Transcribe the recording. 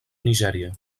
nigèria